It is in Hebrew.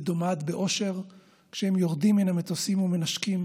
ודומעת באושר כשהם יורדים מן המטוסים ומנשקים